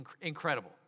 Incredible